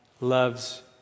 loves